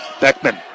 Beckman